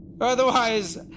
Otherwise